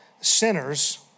sinners